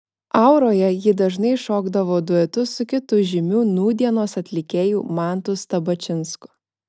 auroje ji dažnai šokdavo duetu su kitu žymiu nūdienos atlikėju mantu stabačinsku